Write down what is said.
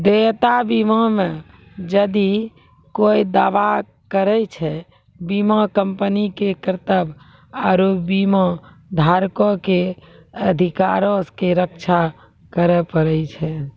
देयता बीमा मे जदि कोय दावा करै छै, बीमा कंपनी के कर्तव्य आरु बीमाधारको के अधिकारो के रक्षा करै पड़ै छै